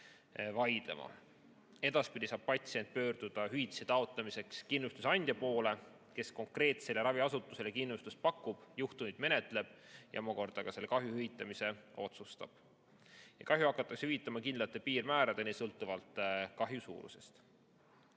Edaspidi saab patsient pöörduda hüvitise taotlemiseks kindlustusandja poole, kes konkreetsele raviasutusele kindlustust pakub, juhtumit menetleb ja ma kordan, selle kahju hüvitamise otsustab. Kahju hakatakse hüvitama kindlate piirmääradeni sõltuvalt kahju suurusest.